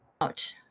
out